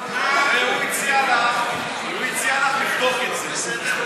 הוא הציע לך לבדוק את זה, בסדר?